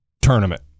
tournament